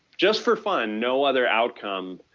just for fun, no other outcome,